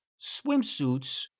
swimsuits